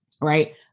right